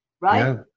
right